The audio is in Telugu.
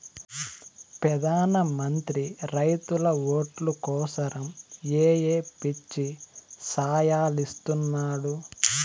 పెదాన మంత్రి రైతుల ఓట్లు కోసరమ్ ఏయో పిచ్చి సాయలిస్తున్నాడు